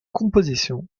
compositions